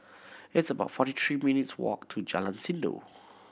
it's about forty three minutes' walk to Jalan Sindor